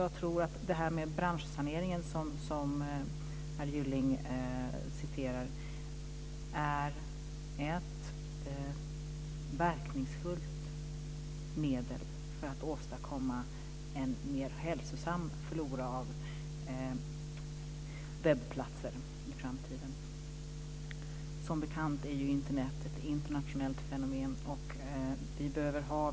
Jag tror att den branschsanering som herr Gylling åberopar är ett verkningsfullt medel för att åstadkomma en mer hälsosam flora av webbplatser i framtiden. Som bekant är ju Internet ett internationellt fenomen.